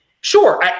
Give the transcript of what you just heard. sure